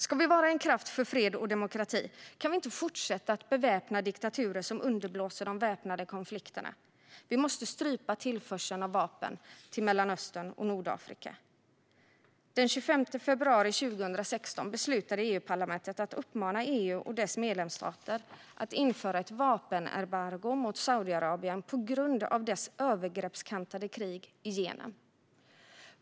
Ska vi vara en kraft för fred och demokrati kan vi inte fortsätta att beväpna diktaturer som underblåser de väpnade konflikterna. Vi måste strypa tillförseln av vapen till Mellanöstern och Nordafrika. Den 25 februari 2016 beslutade EU-parlamentet att uppmana EU och dess medlemsstater att införa ett vapenembargo mot Saudiarabien på grund av dess övergreppskantade krig i Jemen.